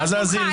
מה שלומך?